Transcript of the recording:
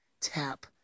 Tap